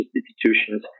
institutions